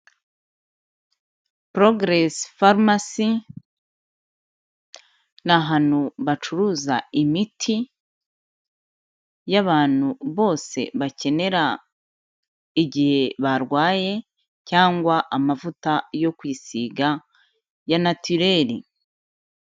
Poroguresi famasi ni ahantu bacuruza imiti y'abantu bose bakenera igihe barwaye cyangwa amavuta yo kwisiga ya natureri.